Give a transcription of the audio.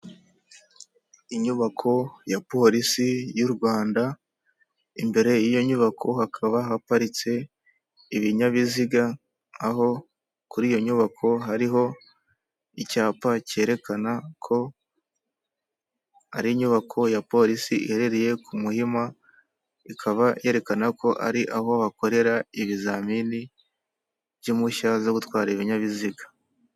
Inyubako ya polisi y'u Rwanda, imbere y'iyo nyubako hakaba haparitse ibinyabiziga aho kuri iyo nyubako hariho icyapa cyerekana ko ari inyubako ya polisi iherereye ku muhima ikaba yerekana ko ari aho bakorera ibizamini by'impushya zo gutwara ibinyabiziga.